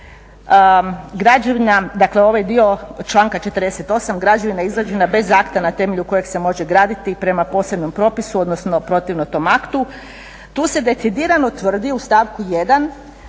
građevna, dakle ovaj dio članka 48. građevina izgrađena bez akta na temelju kojeg se može graditi prema posebnom propisu odnosno protivno tom aktu. Tu se decidirano tvrdi u stavku 1.